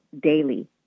daily